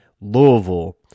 Louisville